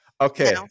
okay